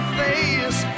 face